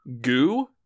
goo